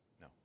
No